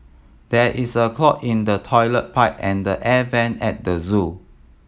there is a clog in the toilet pipe and the air vent at the zoo